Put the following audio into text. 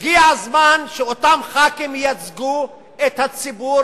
הגיע הזמן שאותם ח"כים ייצגו את הציבור